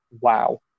wow